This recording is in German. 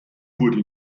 wurde